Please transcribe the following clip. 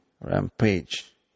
Rampage